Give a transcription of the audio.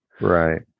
Right